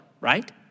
right